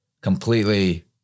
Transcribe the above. completely